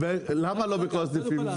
למה לא בכל הסניפים?